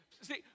See